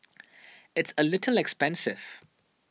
it's a little expensive